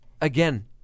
again